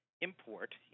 import